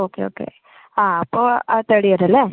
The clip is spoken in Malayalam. ഓക്കെ ഓക്കെ ആ അപ്പോ അത് തേർഡ് ഇയർ അല്ലേ